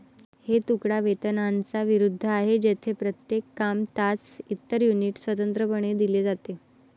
हे तुकडा वेतनाच्या विरुद्ध आहे, जेथे प्रत्येक काम, तास, इतर युनिट स्वतंत्रपणे दिले जाते